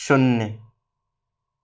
शून्य